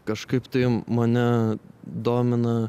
kažkaip tai mane domina